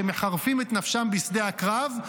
שמחרפים את נפשם בשדה הקרב,